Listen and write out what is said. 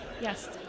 Yes